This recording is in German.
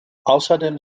außerdem